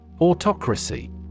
Autocracy